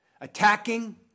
Attacking